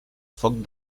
foc